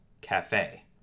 Cafe